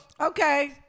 Okay